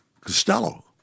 Costello